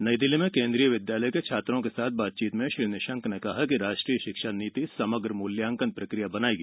नई दिल्ली में केंद्रीय विद्यालय के छात्रों के साथ बातचीत में श्री निशंक ने कहा कि राष्ट्रीय शिक्षा नीति समग्र मूल्यांकन प्रक्रिया बनाएगी